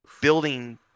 building